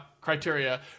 criteria